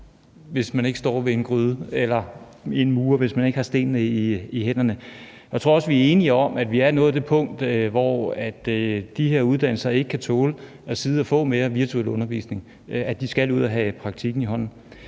hvis man ikke står ved en gryde, eller murer, hvis man ikke har stenene i hænderne. Jeg tror også, at vi er enige om, at vi er nået til det punkt, hvor elever på de her uddannelser ikke kan tåle at sidde og få mere virtuel undervisning, og at de skal ud i praktik og have